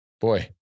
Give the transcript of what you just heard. Boy